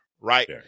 Right